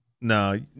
No